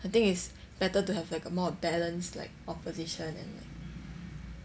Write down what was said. I think it's better to have like a more balanced like opposition and like